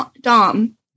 Dom